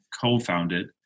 co-founded